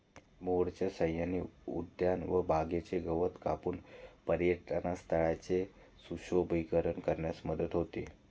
मोअरच्या सहाय्याने उद्याने व बागांचे गवत कापून पर्यटनस्थळांचे सुशोभीकरण करण्यास मदत होते